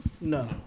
No